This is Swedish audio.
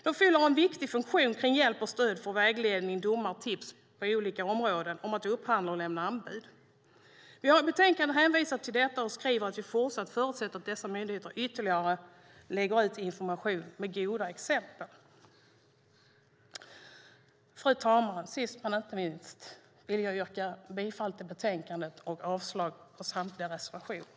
De fyller en viktig funktion och ger hjälp, stöd och vägledning, information om domar och tips på olika områden när det gäller att upphandla och lämna anbud. Vi har i betänkandet hänvisat till detta och skriver att vi förutsätter att dessa myndigheter fortsätter lägga ut information med goda exempel. Fru talman! Sist men inte minst vill jag yrka bifall till utskottets förslag i betänkandet och avslag på samtliga reservationer.